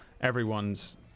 Everyone's